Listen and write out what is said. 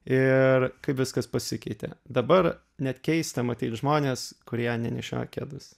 ir kaip viskas pasikeitė dabar net keista matyt žmones kurie nenešioja kedus